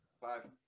Five